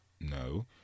No